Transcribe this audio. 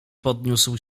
podniósł